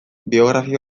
biografia